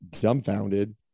dumbfounded